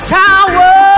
tower